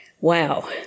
wow